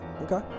Okay